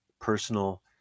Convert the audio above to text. personal